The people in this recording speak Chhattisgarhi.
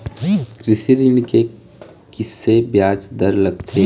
कृषि ऋण के किसे ब्याज दर लगथे?